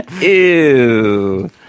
Ew